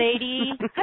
lady